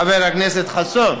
חבר הכנסת חסון.